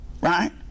right